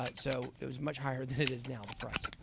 but so, it was much higher than it is now the price.